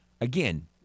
Again